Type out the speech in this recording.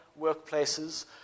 workplaces